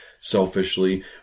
selfishly